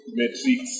matrix